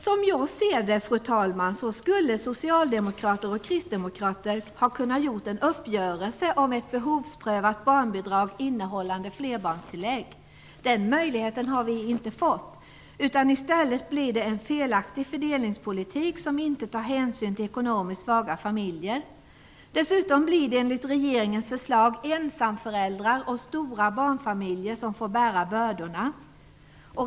Som jag ser det skulle socialdemokrater och kristdemokrater ha kunnat träffa en uppgörelse om ett behovsprövat barnbidrag innehållande flerbarnstillägg. Den möjligheten har vi inte fått. I stället blir det en felaktig fördelningspolitik som inte tar hänsyn till ekonomiskt svaga familjer. Dessutom blir det enligt regeringens förslag ensamföräldrar och stora barnfamiljer som får bära bördorna.